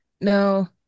no